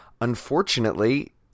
unfortunately